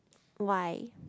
why